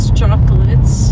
chocolates